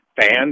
Fans